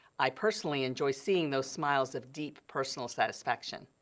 i personally enjoy seeing those smiles of deep personal satisfaction.